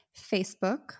Facebook